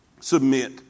submit